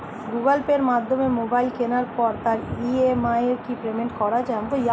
Google পের মাধ্যমে mobile কেনার পরে তার ই.এম.আই কি পেমেন্ট করা যায়?